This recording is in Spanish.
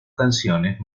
canciones